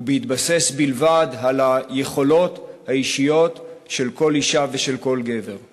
ובהתבסס על היכולות האישיות של כל אישה ושל כל גבר בלבד.